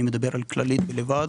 ואני מדבר על כללית בלבד,